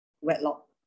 wedlock